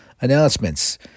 announcements